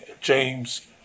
James